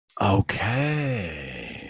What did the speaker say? okay